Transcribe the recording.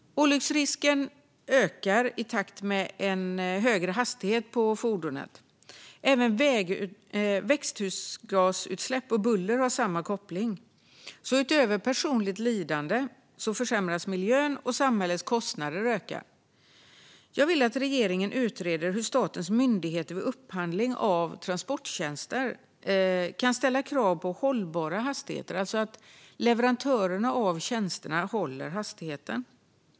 Olycksrisken ökar i takt med högre hastighet på fordonet. Även växthusgasutsläpp och buller har samma koppling. Utöver personligt lidande försämras miljön, och samhällets kostnader ökar. Jag vill att regeringen utreder hur statens myndigheter vid upphandling av transporttjänster kan ställa krav på hållbara hastigheter, alltså att de som levererar transporttjänsterna håller hastigheten.